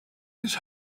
his